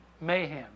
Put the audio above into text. Mayhem